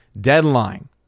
deadline